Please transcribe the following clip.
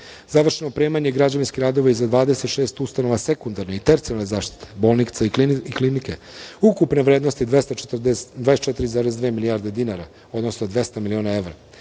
je opremanje građevinskih radova za 26 ustanova sekundarne i tercijalne zaštite, bolnica i klinika ukupne vrednosti 24,2 milijarde dinara, odnosno 200 miliona evra.